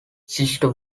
sister